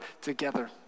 together